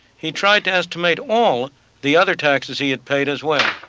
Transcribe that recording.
he tried to estimate all the other taxes he had paid as well.